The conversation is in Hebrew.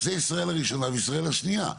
זו ישראל הראשונה וישראל השנייה.